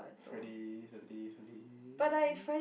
Friday Saturday Sunday